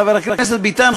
חבר הכנסת ביטן,